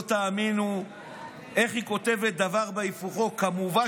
לא תאמינו איך היא כותבת דבר והיפוכו: "כמובן,